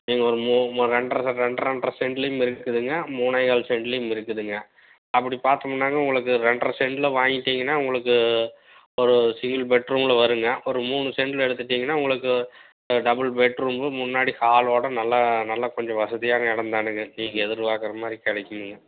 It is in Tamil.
நீங்கள் ஒரு ரெண்ட்ரை ரெண்ட்ரை ரெண்ட்ரை செண்ட்லேயும் இருக்குதுங்க மூணேகால் செண்ட்லேயும் இருக்குதுங்க அப்படி பாத்தோம்னாங்க உங்களுக்கு ரெண்ட்ரை செண்ட்டில் வாங்கிட்டீங்கனா உங்களுக்கு ஒரு சிங்கிள் பெட்ரூமில் வருங்க ஒரு மூணு செண்ட்டில் எடுத்துட்டீங்னா உங்களுக்கு டபுள் பெட்ரூமு முன்னாடி ஹாலோடு நல்லா நல்லா கொஞ்சம் வசதியான இடந்தானுங்க நீங்கள் எதிர்பார்க்குற மாதிரி கிடைக்கும்ங்க